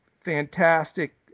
fantastic